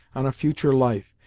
on a future life,